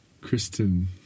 Kristen